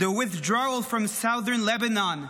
the withdrawal from southern Lebanon,